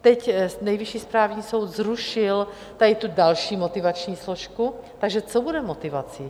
Teď Nejvyšší správní soud zrušil tady tu další motivační složku, takže co bude motivací?